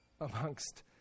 amongst